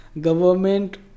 government